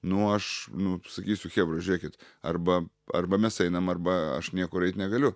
nu aš nu sakysiu chebra žiūrėkit arba arba mes einam arba aš niekur eit negaliu